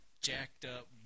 jacked-up